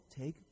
take